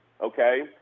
okay